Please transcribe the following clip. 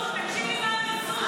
קודם תקשיבי מה הם עשו.